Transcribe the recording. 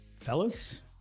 fellas